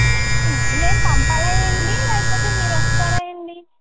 మేం పంపాలా అండీ లేకపోతే మీరు వస్తారా అండి